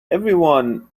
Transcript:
everyone